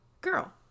girl